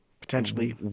potentially